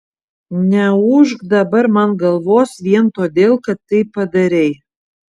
neūžk dabar man galvos vien todėl kad tai padarei